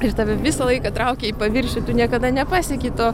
ir tave visą laiką traukia į paviršių tu niekada nepasieki to